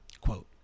quote